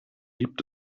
gibt